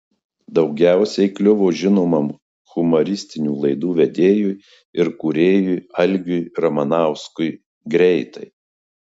daugiausiai kliuvo žinomam humoristinių laidų vedėjui ir kūrėjui algiui ramanauskui greitai